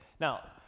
Now